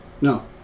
no